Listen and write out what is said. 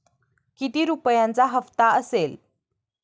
किती रुपयांचा हप्ता असेल?